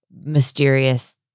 mysterious